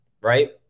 right